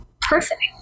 perfect